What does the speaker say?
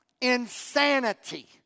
insanity